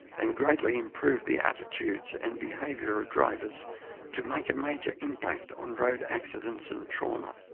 and greatly improve the attitudes and behaviour of drivers to make a major impact on road accidents and trauma?